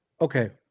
okay